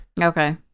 Okay